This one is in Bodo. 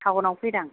टाउनाव फैदां